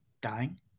Dying